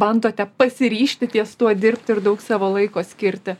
bandote pasiryžti ties tuo dirbti ir daug savo laiko skirti